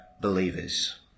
believers